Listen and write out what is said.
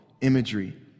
imagery